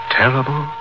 terrible